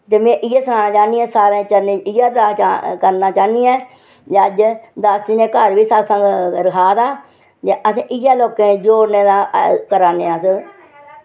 ते में इ'यै सनाना चाहनियां सारें चरणे इ'यै करना चाहन्नी आं जे अज्ज दस जनें घर बी सतसंग रखादा ते अस इ'यै लोकें जोड़ने दा करा ने अस